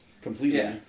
completely